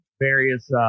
various